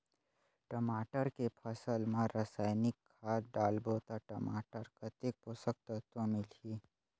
टमाटर के फसल मा रसायनिक खाद डालबो ता टमाटर कतेक पोषक तत्व मिलही?